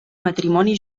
matrimoni